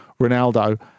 Ronaldo